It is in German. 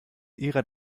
ihrer